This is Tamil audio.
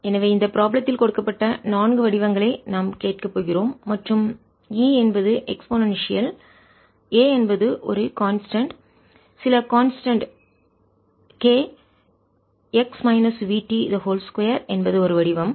எனவே இந்த ப்ராப்ளம் த்தில் கொடுக்கப்பட்ட நான்கு வடிவங்களை நாம் கேட்கப் போகிறோம் மற்றும் e என்பது எக்ஸ்போநான்ஸியல் அதிவேக A என்பது ஒரு கான்ஸ்டன்ட் மாறிலி சில கான்ஸ்டன்ட் மாறிலி k x minus v t 2 என்பது ஒரு வடிவம்